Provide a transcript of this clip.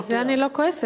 על זה אני לא כועסת,